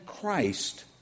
Christ